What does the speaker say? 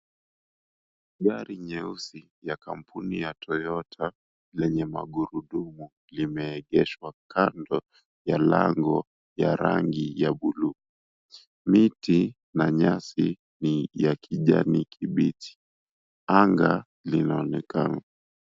Gari nyeusi ya kampuni ya toyota lenye magurudumu limeegeshwa kando ya lango ya rangi ya buluu . Miti na nyasi ni ya kijani kibichi. Anga linaonekana.